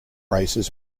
races